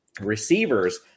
receivers